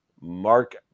Mark